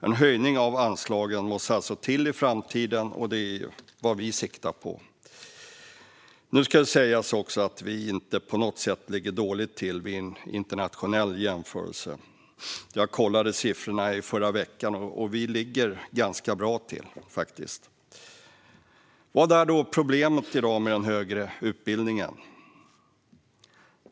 En höjning av anslagen måste alltså till i framtiden, och det är vad vi siktar på. Det ska sägas att Sverige inte på något sätt ligger dåligt till i en internationell jämförelse. Jag kollade siffrorna i förra veckan, och vi ligger faktiskt ganska bra till. Vad är då problemet i dag med den högre utbildningen?